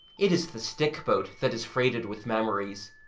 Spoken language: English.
it is the stick-boat that is freighted with memories.